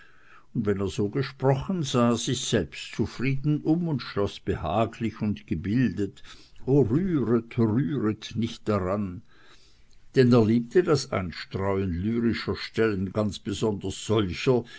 und wenn er so gesprochen sah er sich selbstzufrieden um und schloß behaglich und gebildet o rühret rühret nicht daran denn er liebte das einstreuen lyrischer stellen ganz besonders solcher